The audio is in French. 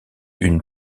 une